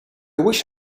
wish